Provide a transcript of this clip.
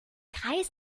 kreis